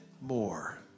more